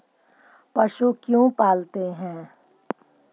पशु क्यों पालते हैं?